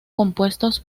compuestos